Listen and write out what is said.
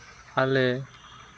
ᱟᱞᱮ